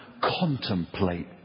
contemplate